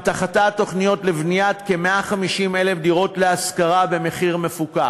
באמתחתה תוכניות לבניית כ-150,000 דירות להשכרה במחיר מפוקח.